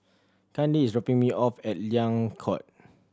Kandi is dropping me off at Liang Court